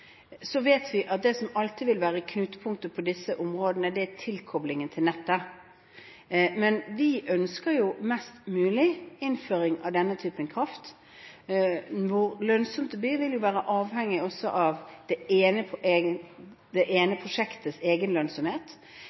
Så vet vi at det som alltid vil være knutepunktet på disse områdene, er tilkoblingen til nettet. Men vi ønsker jo mest mulig innføring av denne typen kraft. Hvor lønnsomt det blir, vil jo være avhengig av det enkelte prosjekts egen lønnsomhet. Det